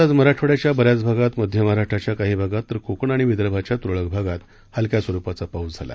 राज्यात आज मराठवाड्याच्या बऱ्याच भागात मध्य महाराष्ट्राच्या काही भागात तर कोकण आणि विदर्भाच्या त्रळक भागात हलक्या स्वरुपाचा पाऊस झाला